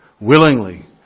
willingly